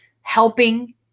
helping